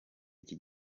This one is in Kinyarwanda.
iki